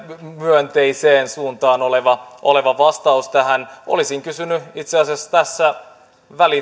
myönteiseen suuntaan oleva oleva vastaus tähän olisin kysynyt tässä itse asiassa